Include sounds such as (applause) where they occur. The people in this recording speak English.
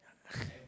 (breath)